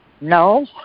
No